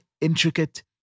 intricate